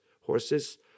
horses